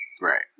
Right